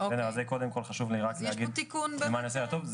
אז זה קודם כל חשוב לי רק להגיד למען הסדר הטוב.